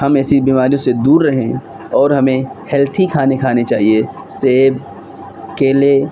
ہم ایسی بیماریوں سے دور رہیں اور ہمیں ہیلتھی کھانے کھانے چاہیے سیب کیلے